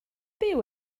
byw